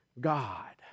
God